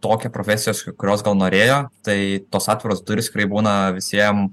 tokią profesijos kurios gal norėjo tai tos atviros durys tikrai būna visiem